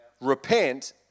Repent